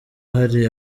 hari